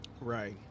Right